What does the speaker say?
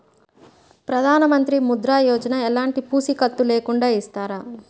ప్రధానమంత్రి ముద్ర యోజన ఎలాంటి పూసికత్తు లేకుండా ఇస్తారా?